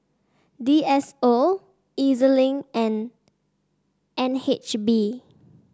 D S O E Z Link and N H B